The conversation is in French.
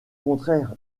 contraire